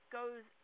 goes